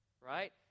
right